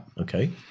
Okay